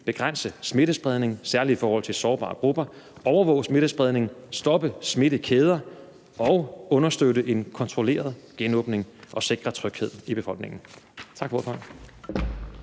begrænse smittespredning, særlig i forhold til sårbare grupper; overvåge smittespredning; stoppe smittekæder og understøtte en kontrolleret genåbning og sikre tryghed i befolkningen. Tak for